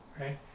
right